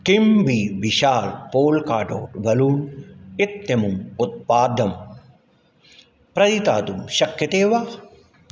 किं बी विशालः पोल्काडो बलून् इत्यमुम् उत्पादं प्रतिदातुं शक्यते वा